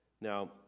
Now